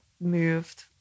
moved